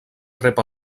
rep